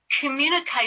communicate